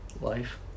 life